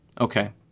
Okay